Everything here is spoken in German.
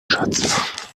schatz